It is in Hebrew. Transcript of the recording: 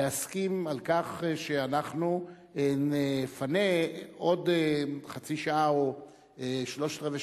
להסכים על כך שאנחנו נפנה עוד חצי שעה או שלושת-רבעי